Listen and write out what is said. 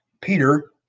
Peter